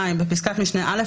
בפסקת משנה (א),